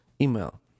email